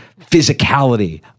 physicality